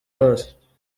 hose